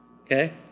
Okay